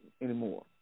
anymore